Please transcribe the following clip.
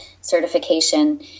certification